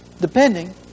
depending